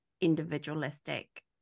individualistic